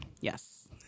Yes